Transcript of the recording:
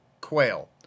quail